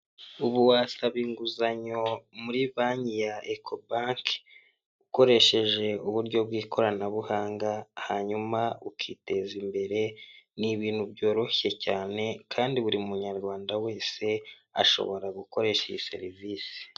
Ubu wasaba inguzanyo muri banki ya Eko banki ukoresheje uburyo bw'ikoranabuhanga, hanyuma ukiteza imbere, ni ibintu byoroshye cyane, kandi buri munyarwanda wese, ashobora gukoresha iyi serivisi.